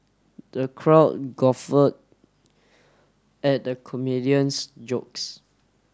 the crowd guffaw at the comedian's jokes